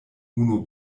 unu